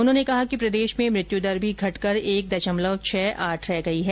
उन्होंने कहा कि प्रदेश में मृत्युदर भी घटकर एक दशमलव छह आठ रह गई है